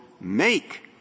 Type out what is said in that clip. make